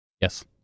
Yes